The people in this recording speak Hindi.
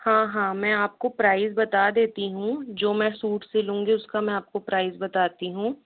हाँ हाँ मैं आपको प्राइस बता देती हूँ जो मैं सूट सिलूंगी उसका मैं आपको प्राइस बताती हूँ